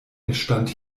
entstand